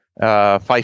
Five